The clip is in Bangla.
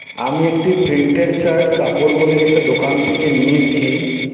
আমি একটি প্রিন্টেড শার্ট কাপড় বলের একটা দোকান থেকে নিয়েছি